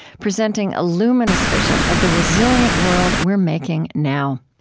presenting a luminous vision of the resilient world we're making now.